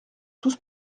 tous